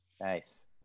Nice